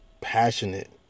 passionate